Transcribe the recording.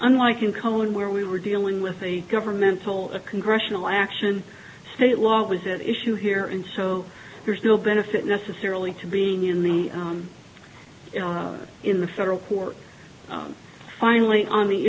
unlike in color where we were dealing with a governmental a congressional action state law was at issue here and so there's no benefit necessarily to being in the in the federal court finally on the